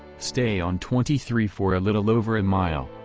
stay on twenty three for a little over a mile,